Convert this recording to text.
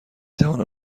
توانم